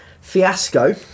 Fiasco